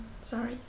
sorry